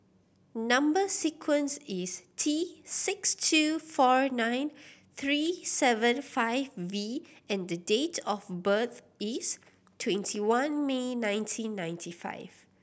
number sequence is T six two four nine three seven five V and the date of birth is twenty one May nineteen ninety five